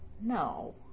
No